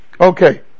okay